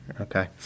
Okay